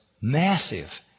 massive